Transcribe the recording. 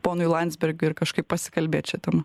ponui landsbergiui ir kažkaip pasikalbėt šia tema